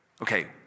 Okay